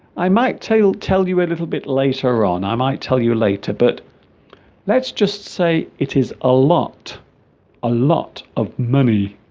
i might tell tell you a little bit later on i might tell you later but let's just say it is a lot a lot of money